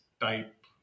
type